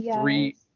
three